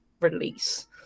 release